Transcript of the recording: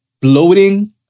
bloating